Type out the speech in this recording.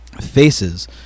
faces